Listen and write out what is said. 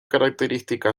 característica